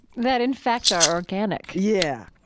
that, in fact, are organic yeah